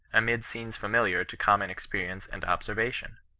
amid scenes familiar to common experience and observation.